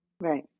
Right